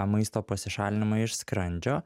maisto pasišalinimą iš skrandžio